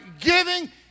giving